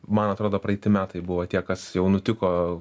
man atrodo praeiti metai buvo tie kas jau nutiko